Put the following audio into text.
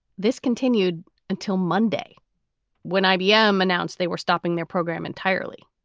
this continued until monday when ibm announced they were stopping their program entirely.